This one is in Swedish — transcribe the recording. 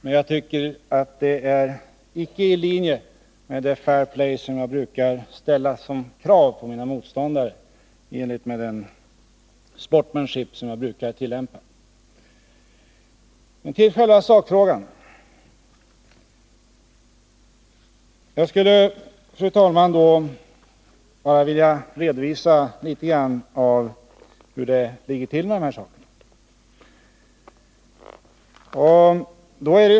Men jag vill säga att det inte ligger i linje med de krav på fair play som jag brukar ställa på mina motståndare i enlighet med den sportsmanship jag brukar tillämpa. Men till sakfrågan! Jag skulle då vilja redovisa hur det ligger till med de här sakerna.